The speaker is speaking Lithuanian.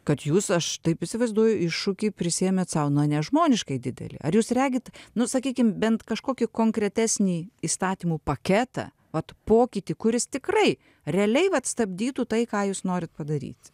kad jūs aš taip įsivaizduoju iššūkį prisiėmėt sau na nežmoniškai didelį ar jūs regit nu sakykim bent kažkokį konkretesnį įstatymų paketą vat pokytį kuris tikrai realiai vat stabdytų tai ką jūs norit padaryti